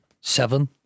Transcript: seven